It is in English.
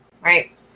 right